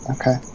Okay